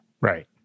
Right